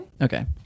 okay